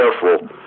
careful